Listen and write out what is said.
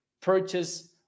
purchase